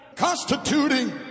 constituting